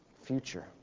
Future